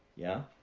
yeah?